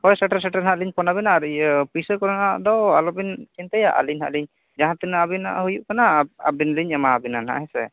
ᱦᱳᱭ ᱥᱮᱴᱮᱨ ᱥᱮᱴᱮᱨ ᱦᱟᱸᱜ ᱞᱤᱧ ᱯᱷᱳᱱ ᱟᱵᱮᱱᱟ ᱟᱨ ᱤᱭᱟᱹ ᱯᱩᱭᱥᱟᱹ ᱠᱚᱨᱮᱱᱟᱜ ᱫᱚ ᱟᱞᱚᱵᱮᱱ ᱪᱤᱱᱛᱟᱭᱟ ᱟᱹᱞᱤᱧ ᱱᱟᱦᱟᱜ ᱞᱤᱧ ᱡᱟᱦᱟᱸ ᱛᱤᱱᱟᱹ ᱟᱵᱮᱱᱟᱜ ᱦᱩᱭᱩᱜ ᱠᱟᱱᱟ ᱟᱵᱮᱱ ᱞᱤᱧ ᱮᱢᱟᱣ ᱟᱵᱮᱱᱟ ᱱᱟᱦᱟᱜ ᱦᱮᱸ ᱥᱮ